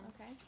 Okay